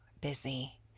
busy